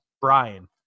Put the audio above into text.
Brian